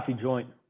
joint